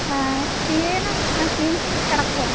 ക്ഷീണം ആ ക്ഷീണിച്ചിങ്ങനെ കിടക്കുവാണ്